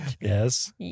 Yes